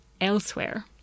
elsewhere